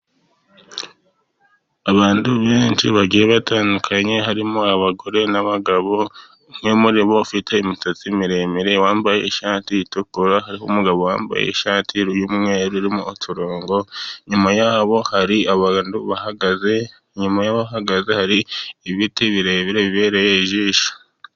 Abantu benshi bagiye batandukanye, harimo abagore n'abagabo. Umwe muri bo afite imisatsi miremire, wambaye ishati itukura, hariho umugabo wambaye ishati y'umweru irimo uturongo. Inyuma ye hari abantu bahagaze. Inyuma hahagaze hari ibiti birebire bibereye ijisho.